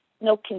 No